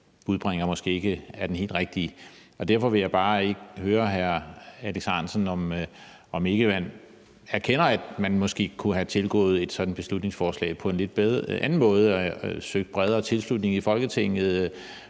budbringer måske ikke er den helt rigtige. Derfor vil jeg bare høre hr. Alex Ahrendtsen, om man ikke erkender, at man måske kunne have tilgået et sådant beslutningsforslag på en lidt anden måde og have søgt en bredere tilslutning i Folketinget